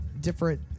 different